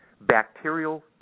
bacterial